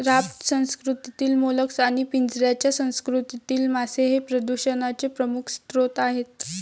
raft संस्कृतीतील mollusc आणि पिंजऱ्याच्या संस्कृतीतील मासे हे प्रदूषणाचे प्रमुख स्रोत आहेत